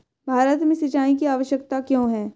भारत में सिंचाई की आवश्यकता क्यों है?